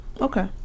okay